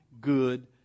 good